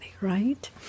right